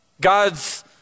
God's